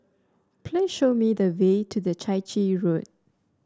please show me the way to the Chai Chee Road